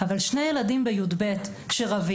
אבל שני ילדים בכיתה י"ב שרבים,